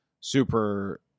super